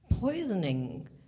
poisoning